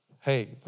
hey